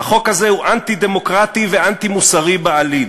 "החוק הזה הוא אנטי-דמוקרטי ואנטי-מוסרי בעליל.